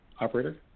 Operator